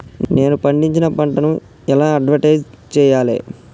నేను పండించిన పంటను ఎలా అడ్వటైస్ చెయ్యాలే?